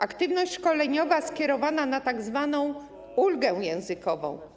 Aktywność szkoleniowa skierowana na tzw. ulgę językową.